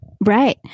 Right